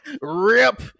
RIP